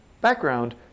background